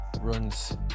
runs